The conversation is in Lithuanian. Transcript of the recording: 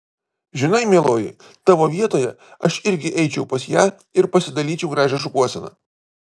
žinai mieloji tavo vietoje aš irgi eičiau pas ją ir pasidalyčiau gražią šukuoseną